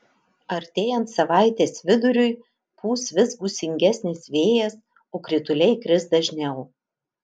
artėjant savaitės viduriui pūs vis gūsingesnis vėjas o krituliai kris dažniau